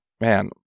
man